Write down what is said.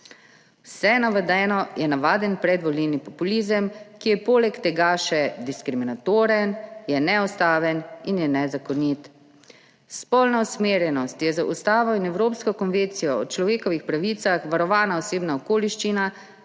Vse navedeno je navaden predvolilni populizem, ki je poleg tega še diskriminatoren, neustaven in nezakonit. Spolna usmerjenost je z ustavo in Evropsko konvencijo o človekovih pravicah varovana osebna okoliščina,